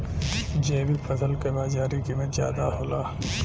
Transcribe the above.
जैविक फसल क बाजारी कीमत ज्यादा होला